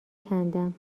کندم